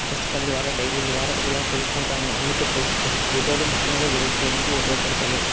పుస్తకాల ద్వారా డైరీల ద్వారా ఇలా తెలుసుకుంటాము అందుకే ఫో ఫో ఫోటోలు ముఖ్యంగా ఎడిట్ చేయడానికి ఉపయోగపడతాయి